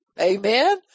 Amen